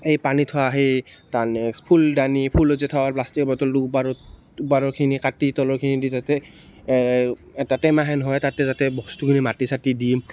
এই পানী থোৱা সেই তাৰ নেক্সট ফুলদানি ফুল যে থয় প্লাষ্টিক বটলটো ওপৰ ওপৰৰ খিনি কাটি তলৰখিনি দি যাতে এই এটা টেমাহেন হয় তাতে বস্তুখিনি মাটি চাটি দি